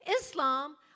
Islam